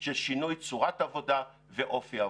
של שינוי צורת עבודה ואופי העבודה.